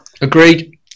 Agreed